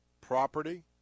property